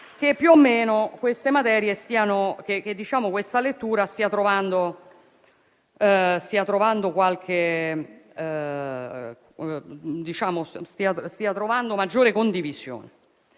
che più o meno questa lettura stia trovando maggiore condivisione.